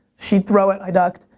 she throw it, i duck.